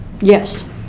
Yes